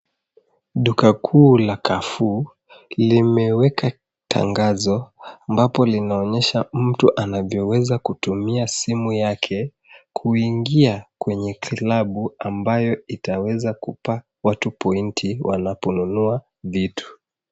Duka kuu la Carrefour limeweka tangazo ambapo linaonyesha mtu anavyoweza kutumia simu yake kuingia kwenye klabu ambayo itawezakupa watu pointi wanaponunua vitu.